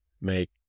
make